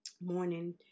morning